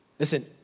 Listen